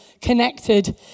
connected